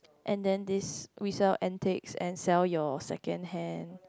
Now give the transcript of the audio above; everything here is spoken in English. and then this we sell antiques and sell your secondhand